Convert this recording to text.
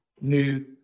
new